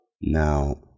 Now